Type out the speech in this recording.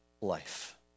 life